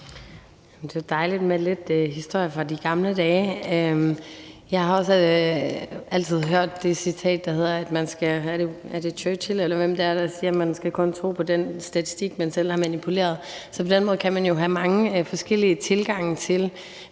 Det er dejligt med lidt historie fra de gamle dage. Jeg har også hørt det citat af Churchill, der lyder, at man kun skal tro på en statistik, man selv har manipuleret. På den måde kan man jo have mange forskellige tilgange til,